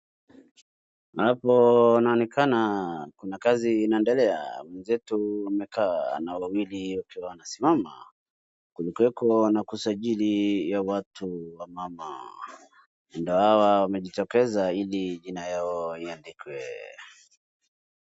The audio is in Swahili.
Hapo inaonekana kuna kazi inaendelea. Wenzetu wamekaa na wawili wakiwa wanasimama. Kunakuweko wanasajili watu wa mama. Na hawa wamejitokeza ili jina yao iandikwe.